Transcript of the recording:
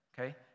okay